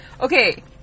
Okay